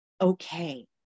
okay